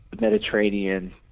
Mediterranean